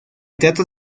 trata